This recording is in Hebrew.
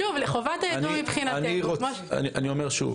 אני אומר שוב.